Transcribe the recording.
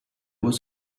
was